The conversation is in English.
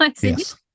Yes